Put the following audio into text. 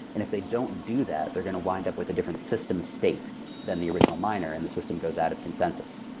and if they don't do that, they're going to wind up with a different system state than the original miner and the system goes out of consensus.